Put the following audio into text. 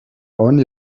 only